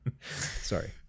Sorry